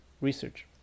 research